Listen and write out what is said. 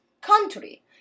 country